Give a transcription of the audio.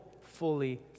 fully